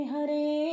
Hare